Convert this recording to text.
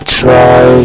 try